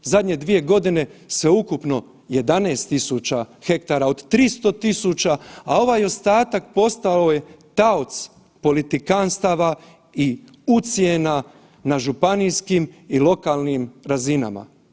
Zadnje dvije godine sveukupno 11.000 hektara od 300.000, a ovaj ostatak postao je taoc politikantstava i ucjena na županijskim i lokalnim razinama.